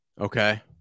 Okay